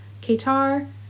Qatar